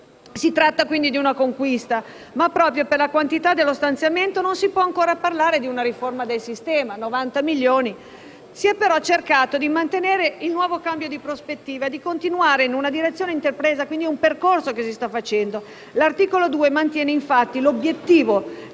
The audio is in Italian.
Si tratta, quindi, di una conquista, ma, proprio per la quantità dello stanziamento (90 milioni), non si può ancora parlare di una riforma del sistema. Si è, però, cercato di mantenere il nuovo cambio di prospettiva e di continuare in una direzione intrapresa. È quindi un percorso, quello che si sta facendo. L'articolo 2 mantiene infatti l'obiettivo